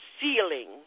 ceiling